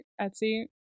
etsy